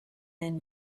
then